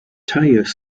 tires